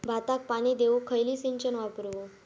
भाताक पाणी देऊक खयली सिंचन वापरू?